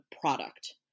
product